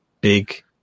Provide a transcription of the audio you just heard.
big